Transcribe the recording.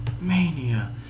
Mania